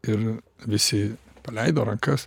ir visi paleido rankas